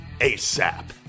ASAP